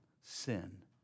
sin